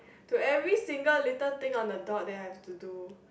to every single little thing on the dot that I have to do